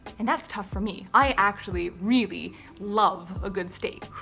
and that's tough for me. i actually really love a good steak.